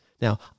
Now